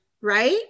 right